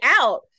out